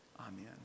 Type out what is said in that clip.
Amen